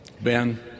Ben